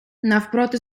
навпроти